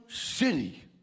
city